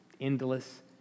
endless